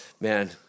man